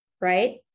right